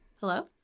Hello